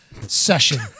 session